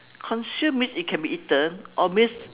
consumed means it can be eaten or means